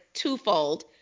twofold